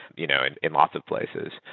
you know and in lots of places.